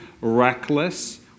reckless